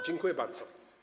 Dziękuję bardzo.